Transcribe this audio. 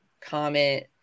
comment